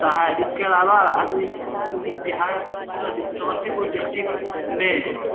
होता है इसके अलावा आदमी बिहार जाती समस्तीपुर डिस्ट्रिक में